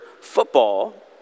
football